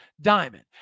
diamond